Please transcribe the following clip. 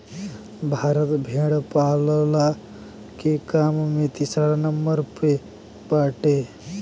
भारत भेड़ पालला के काम में तीसरा नंबर पे बाटे